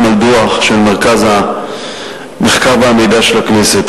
על דוח של מרכז המחקר והמידע של הכנסת.